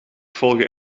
volgen